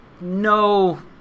no